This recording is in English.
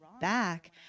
back